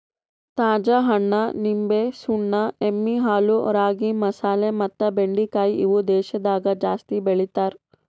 ತಾಜಾ ಹಣ್ಣ, ನಿಂಬೆ, ಸುಣ್ಣ, ಎಮ್ಮಿ ಹಾಲು, ರಾಗಿ, ಮಸಾಲೆ ಮತ್ತ ಬೆಂಡಿಕಾಯಿ ಇವು ದೇಶದಾಗ ಜಾಸ್ತಿ ಬೆಳಿತಾರ್